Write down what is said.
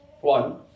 one